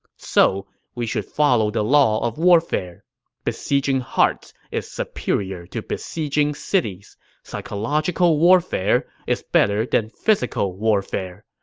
so we should follow the law of warfare besieging hearts is superior to besieging cities psychological warfare is better than physical warfare.